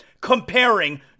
comparing